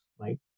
right